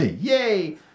Yay